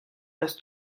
los